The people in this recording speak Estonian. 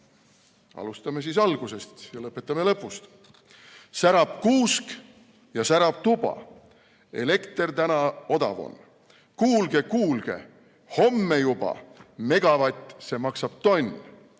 Alustame siis algusest ja lõpetame lõpus. "Särab kuusk ja särab tuba, elekter täna odav on. Kuulge, kuulge, homme juba megavatt, see maksab tonn.